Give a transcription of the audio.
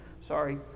Sorry